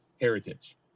heritage